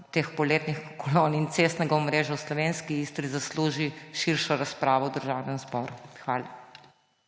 poletnih kolon in cestnega omrežja v slovenski Istri zasluži širšo razpravo v Državnem zboru. Hvala.